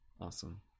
Awesome